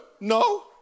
No